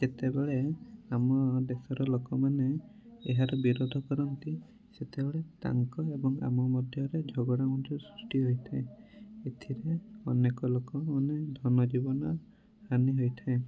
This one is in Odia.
ଯେତେବେଳେ ଆମ ଦେଶର ଲୋକମାନେ ଏହାର ବିରୋଧ କରନ୍ତି ସେତେବେଳେ ତାଙ୍କ ଏବଂ ଆମ ମଧ୍ୟର ଝଗଡ଼ା ମଧ୍ୟ ସୃଷ୍ଟି ହୋଇଥାଏ ଏଥିରେ ଅନେକ ଲୋକମାନେ ଧନ ଜୀବନ ହାନି ହୋଇଥାଏ